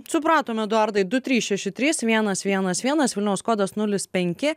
supratom eduardai du trys šeši trys vienas vienas vienas vilniaus kodas nulis penki